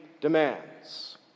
demands